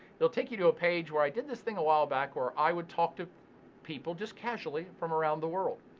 will take you to a page where i did this thing a while back where i would talk to people just casually from around the world.